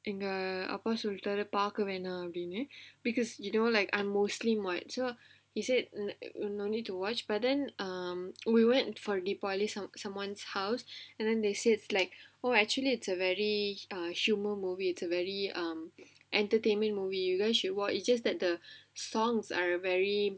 எங்க அப்பா சொல்லிட்டாரு பாக்க வேணாம்னு:enga appa sollitaaru paaka venaamnu because you know like I'm muslim [what] so he said and no no need to watch but then um we went for deepavali some~ someone's house and then they said like oh actually it's a very err humour movie it's a very um entertainment movie you guys should watch it's just that the songs are very